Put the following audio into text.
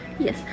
Yes